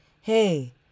hey